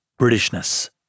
Britishness